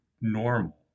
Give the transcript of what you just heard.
normal